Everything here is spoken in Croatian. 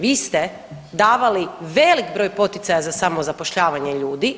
Vi ste davali velik broj poticaja za samozapošljavanje ljudi.